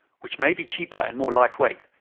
which may be cheaper and more lightweight,